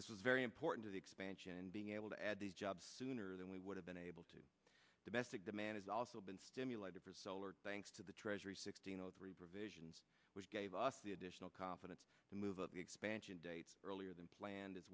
this is very important to the expansion being able to add these jobs sooner than we would have been able to domestic demand has also been stimulated thanks to the treasury sixteen provisions which gave us the additional confidence to move up the expansion dates earlier than planned as